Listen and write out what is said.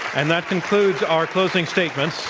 and that concludes our closing statements.